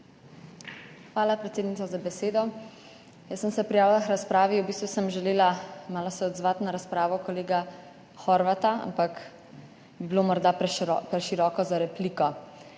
Hvala, predsednica, za besedo. Prijavila sem se k razpravi, v bistvu sem se želela malo odzvati na razpravo kolega Horvata, ampak bi bilo morda preširoko za repliko.